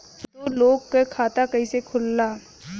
दो लोगक खाता कइसे खुल्ला?